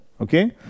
Okay